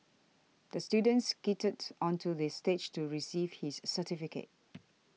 the student skated onto the stage to receive his certificate